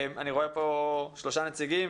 אני רואה כאן שלושה נציגים.